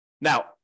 Now